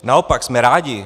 Naopak jsme rádi.